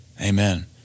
Amen